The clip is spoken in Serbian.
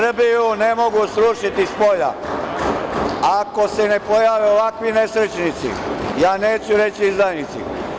Srbiju ne mogu srušiti spolja ako se ne pojave ovakvi nesrećnici, ja neću reći izdajnici.